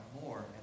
more